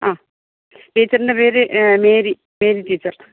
ആ ടീച്ചറിൻ്റെ പേര് മേരി മേരി ടീച്ചർ